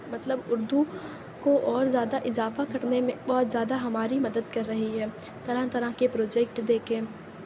مطلب اُردو کو اور زیادہ اضافہ کرنے میں بہت زیادہ ہماری مدد کر رہی ہے طرح طرح کے پروجکٹ دے کے